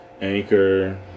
Anchor